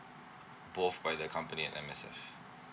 both by the company and M_S_F